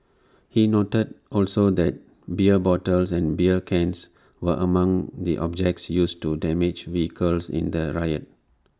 he noted also that beer bottles and beer cans were among the objects used to damage vehicles in the riot